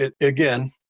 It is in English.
again